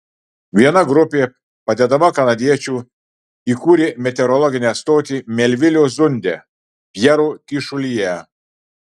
viena grupė padedama kanadiečių įkūrė meteorologinę stotį melvilio zunde pjero kyšulyje